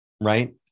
right